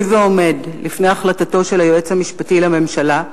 ועומד לפני החלטתו של היועץ המשפטי לממשלה,